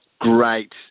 great